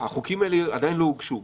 החוקים האלה עדיין לא הוגשו.